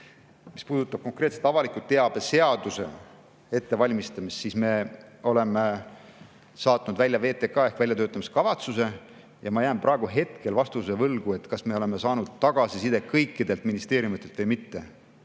Mis puudutab konkreetselt avaliku teabe seaduse ettevalmistamist, siis me oleme saatnud välja VTK ehk väljatöötamiskavatsuse. Ma jään hetkel vastuse võlgu, kas me oleme saanud tagasisidet kõikidelt ministeeriumidelt või mitte.